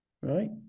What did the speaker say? Right